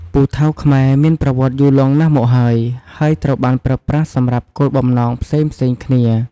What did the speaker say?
ពូថៅខ្មែរមានប្រវត្តិយូរលង់ណាស់មកហើយ ហើយត្រូវបានប្រើប្រាស់សម្រាប់គោលបំណងផ្សេងៗគ្នា។